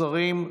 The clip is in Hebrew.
שרים,